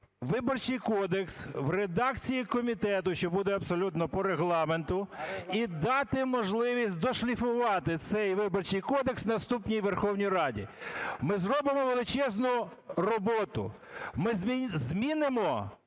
Виборчий кодекс в редакції комітету, що буде абсолютно по Регламенту, і дати можливість дошліфувати цей Виборчий кодекс наступній Верховній Раді. Ми зробимо величезну роботу, ми змінимо